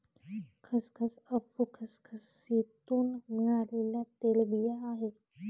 खसखस अफू खसखसीतुन मिळालेल्या तेलबिया आहे